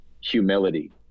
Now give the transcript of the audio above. humility